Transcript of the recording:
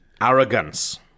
Arrogance